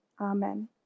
amen